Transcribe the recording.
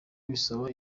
bisaba